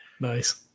nice